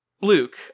Luke